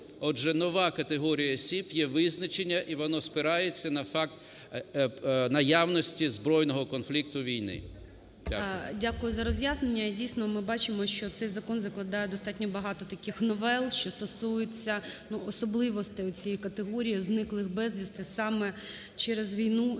Отже, нова категорія осіб, є визначення і воно спирається на факт наявності збройного конфлікту, війни. Дякую. ГОЛОВУЮЧИЙ. Дякую за роз'яснення. Дійсно, ми бачимо, що цей закон закладає достатньо багато таких новел, що стосуються особливостей цієї категорії зниклих безвісти саме через війну